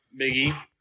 Biggie